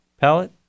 palette